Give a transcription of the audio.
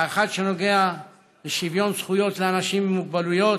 האחד שנוגע לשוויון זכויות לאנשים עם מוגבלויות,